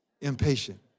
impatient